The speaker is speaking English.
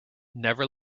never